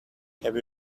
have